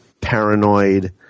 paranoid